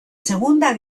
segunda